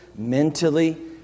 Mentally